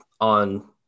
on